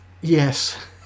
Yes